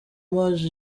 maj